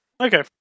okay